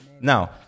Now